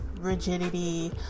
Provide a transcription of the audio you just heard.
rigidity